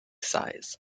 size